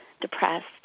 depressed